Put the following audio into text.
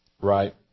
Right